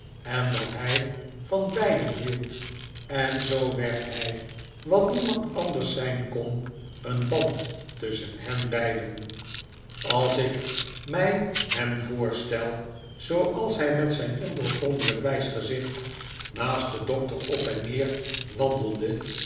en dat hij van beiden hield en zoo werd hij wat niemand anders zijn kon een band tusschen hen beiden als ik mij hem voorstel zooals hij met zijn ondoorgrondelijk wijs gezicht naast den doctor op en neer wandelde